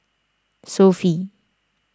Sofy